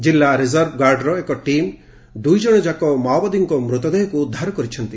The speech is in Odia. ଜିଲ୍ଲା ରିଜର୍ଭ ଗାର୍ଡ଼ର ଏକ ଟିମ୍ ଦୁଇ ଜଣଯାକ ମାଓବାଦୀଙ୍କ ମୃତଦେହକୁ ଉଦ୍ଧାର କରିଛନ୍ତି